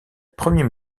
premier